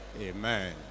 Amen